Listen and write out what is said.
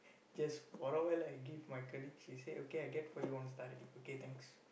just borrow like give my colleague she say okay I get for you one star already okay thanks